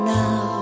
now